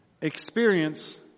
experience